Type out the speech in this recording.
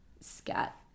scat